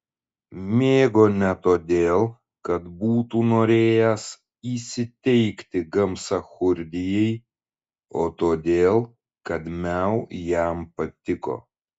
mėgo ne todėl kad būtų norėjęs įsiteikti gamsachurdijai o todėl kad miau jam patiko